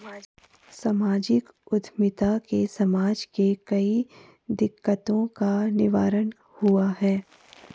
सामाजिक उद्यमिता से समाज के कई दिकक्तों का निवारण हुआ है